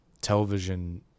television